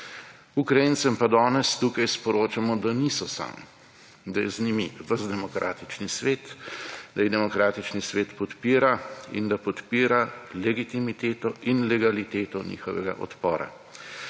Ukrajincem pa danes tukaj sporočamo, da niso sami, da je z njimi ves demokratični svet, da jih demokratični svet podpira, in da podpira legitimiteto in legaliteto njihovega odpora.